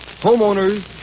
Homeowners